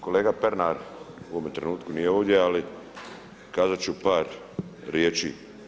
Kolega Pernar, u ovome trenutku nije ovdje ali kazat ću par riječi.